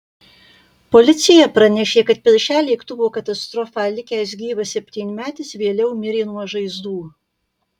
policija pranešė kad per šią lėktuvo katastrofą likęs gyvas septynmetis vėliau mirė nuo žaizdų